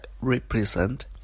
represent